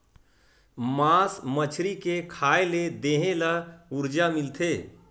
मास मछरी के खाए ले देहे ल उरजा मिलथे